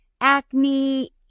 acne